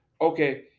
okay